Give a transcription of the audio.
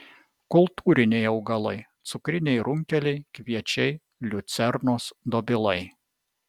kultūriniai augalai cukriniai runkeliai kviečiai liucernos dobilai